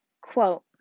Quote